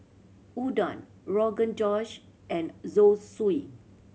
Udon Rogan Josh and Zosui